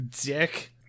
Dick